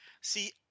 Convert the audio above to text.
See